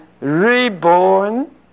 reborn